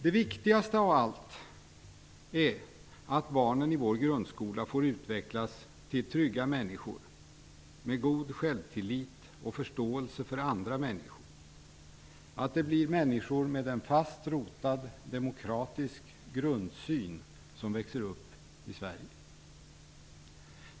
Det viktigaste av allt är att barnen i vår grundskola får utvecklas till trygga människor med god självtillit och förståelse för andra - människor med en fast rotad demokratisk grundsyn.